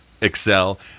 excel